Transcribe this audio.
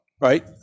Right